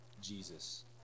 jesus